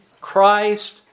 Christ